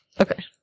Okay